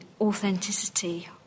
authenticity